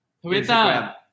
Twitter